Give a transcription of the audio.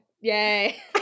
Yay